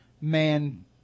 man